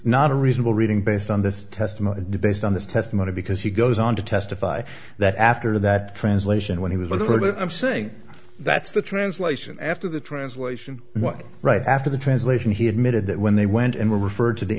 not a reasonable reading based on this testimony based on this testimony because he goes on to testify that after that translation when he was literally i'm saying that's the translation after the translation one right after the translation he admitted that when they went and were referred to the